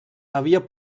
havia